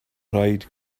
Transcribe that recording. rhaid